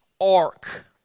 ark